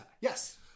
Yes